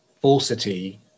falsity